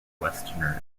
westerners